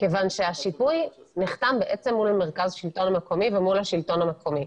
כיוון שהשיפוי נחתם בעצם מול מרכז שלטון מקומי ומול השלטון המקומי,